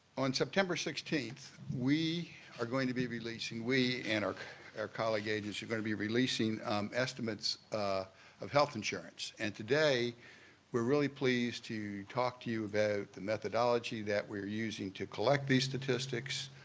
on september sixteenth, we are going to be releasing, we and our colleague agency, are going to be releasing estimates of health insurance. and today we're really pleased to talk to you about the methodology that we're using to collect these statistics